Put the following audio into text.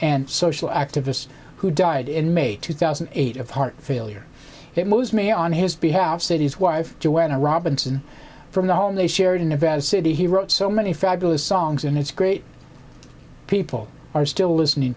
and social activist who died in may two thousand and eight of heart failure that moves me on his behalf cities wife joanna robinson from the home they shared in nevada city he wrote so many fabulous songs and it's great people are still listening